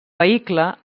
vehicle